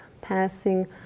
passing